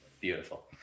Beautiful